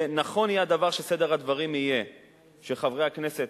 ונכון יהיה הדבר שסדר הדברים יהיה שחברי הכנסת,